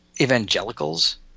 evangelicals